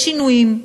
יש שינויים.